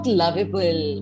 lovable